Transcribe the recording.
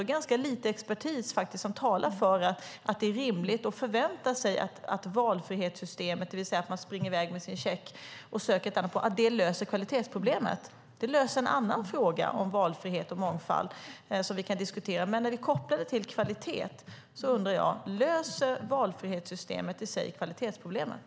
Det finns ganska lite expertis som talar om att det är rimligt att vänta sig att valfrihetssystemet - alltså att man ska ta sin check och söka sig ett annat boende - ska lösa kvalitetsproblemet. Det löser en annan fråga om valfrihet och mångfald, som vi kan diskutera, men vi kopplar det till kvalitet. Jag undrar: Löser valfrihetssystemet i sig kvalitetsproblemet?